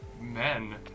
men